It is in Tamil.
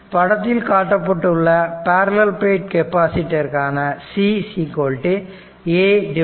படத்தில் காட்டப்பட்டுள்ள பேரலல் ப்ளேட் கெப்பாசிட்டருக்கான C A d